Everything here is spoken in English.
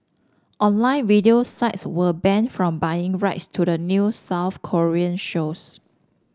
online video sites were banned from buying rights to the new South Korean shows